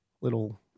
little